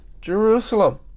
Jerusalem